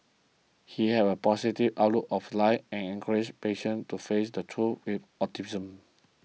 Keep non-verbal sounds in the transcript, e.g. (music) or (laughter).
he had a positive outlook of life and encouraged patients to face the truth with (unintelligible)